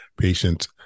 patients